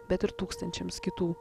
bet ir tūkstančiams kitų